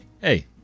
Hey